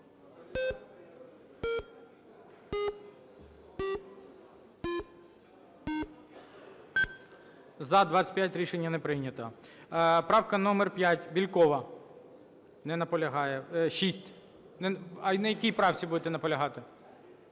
За-25 Рішення не прийнято. Правка номер 5, Бєлькова. Не наполягає. 6... А на якій правці будете наполягати?